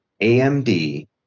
AMD